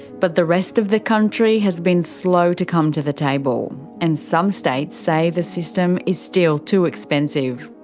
but the rest of the country has been slow to come to the table, and some states say the system is still too expensive.